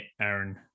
Aaron